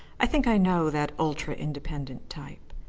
i think i know that ultra-independent type.